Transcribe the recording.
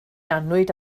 annwyd